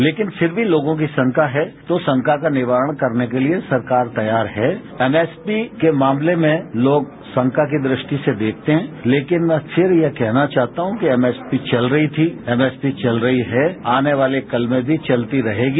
लेकिन फिर भी लोगों की शंका है तो शंका का निवारण करने के लिए सरकार तैयार है एमएसपी के मामलेमें लोग शंका की दृष्टि से देखते हैं लेकिन फिर भी यह कहना चाहता हूं एमएसपी चल रहीथी एमएसपी चल रही है आने वाले कल में भी चलती रहेगी